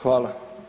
Hvala.